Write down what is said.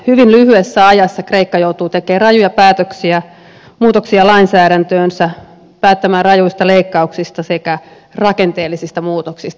hyvin lyhyessä ajassa kreikka joutuu tekemään rajuja päätöksiä muutoksia lainsäädäntöönsä päättämään rajuista leikkauksista sekä rakenteellisista muutoksista